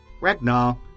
Ragnar